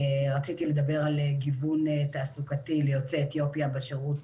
רציתי לדבר על גיוון תעסוקתי ליוצאי אתיופיה בשירות